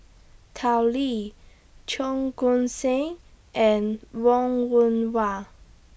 Tao Li Cheong Koon Seng and Wong Yoon Wah